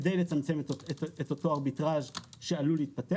כדי לצמצם אותו ארביטראז' שעלול להתפתח.